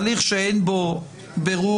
הליך שאין בו בירור